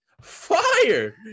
fire